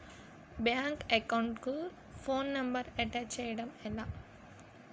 Bank account కి phone number attach చేయడం ఎలా?